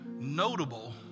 notable